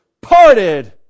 parted